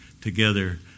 together